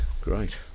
great